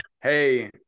hey